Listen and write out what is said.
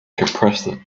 compressed